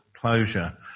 closure